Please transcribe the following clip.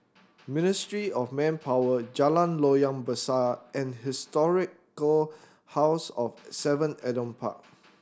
Ministry of Manpower Jalan Loyang Besar and Historic Go House of Seven Adam Park